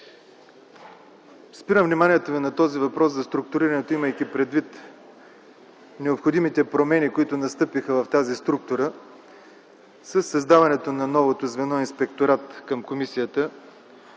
Спирам вниманието на въпроса за структурирането, имайки предвид необходимите промени, които настъпиха в тази структура със създаването на новото звено „Инспекторат” към комисията,